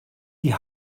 die